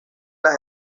las